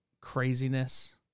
craziness